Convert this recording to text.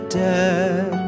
dead